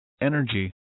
energy